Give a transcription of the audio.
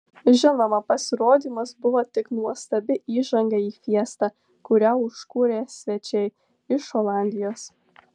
žinoma pasirodymas buvo tik nuostabi įžanga į fiestą kurią užkūrė svečiai iš olandijos